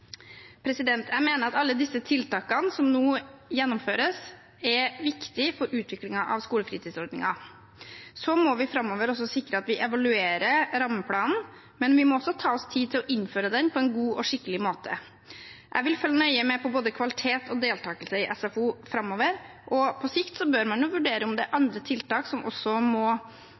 Jeg mener at alle disse tiltakene som nå gjennomføres, er viktige for utviklingen av skolefritidsordningen. Framover må vi sikre at vi evaluerer rammeplanen, men vi må også ta oss tid til å innføre den på en god og skikkelig måte. Jeg vil følge nøye med på både kvalitet og deltakelse i SFO framover. På sikt bør man vurdere om det er andre tiltak som også må